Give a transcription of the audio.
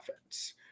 offense